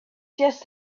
chest